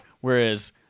Whereas